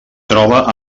troba